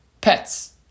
pets